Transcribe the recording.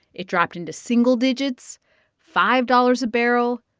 it dropped into single digits five dollars a barrel,